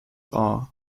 are